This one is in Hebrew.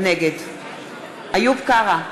נגד איוב קרא,